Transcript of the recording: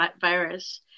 virus